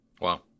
Wow